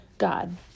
God